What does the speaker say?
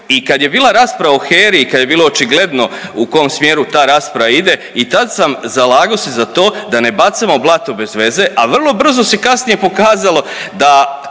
i kad je bila rasprava o HERI i kad je bilo očigledno u kom smjeru ta rasprava ide i tad sam zalagao se za to da ne bacamo blato bez veze, a vrlo brzo se kasnije pokazalo da